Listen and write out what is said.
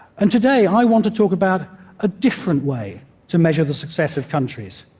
and today i want to talk about a different way to measure the success of countries,